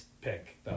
pick